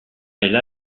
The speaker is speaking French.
elle